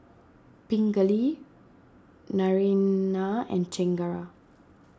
Pingali Naraina and Chengara